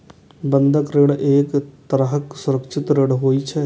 बंधक ऋण एक तरहक सुरक्षित ऋण होइ छै